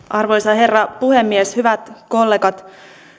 arvoisa herra puhemies hyvät kollegat